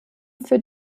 für